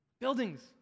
Buildings